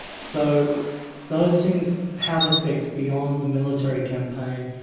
so those things have effects beyond the military campaign,